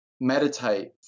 meditate